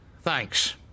Thanks